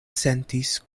sentis